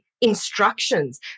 instructions